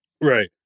Right